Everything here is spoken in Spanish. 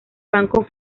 banco